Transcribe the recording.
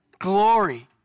Glory